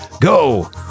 go